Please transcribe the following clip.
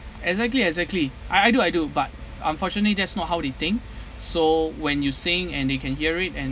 exactly exactly I I do I do but unfortunately that's not how they think so when you sing and they can hear it and